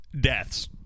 Deaths